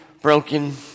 broken